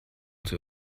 zur